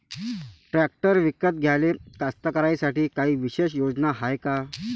Tractor विकत घ्याले कास्तकाराइसाठी कायी विशेष योजना हाय का?